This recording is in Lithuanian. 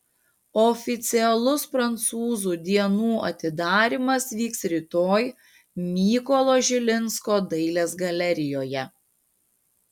oficialus prancūzų dienų atidarymas vyks rytoj mykolo žilinsko dailės galerijoje